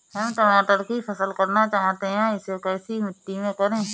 हम टमाटर की फसल करना चाहते हैं इसे कैसी मिट्टी में करें?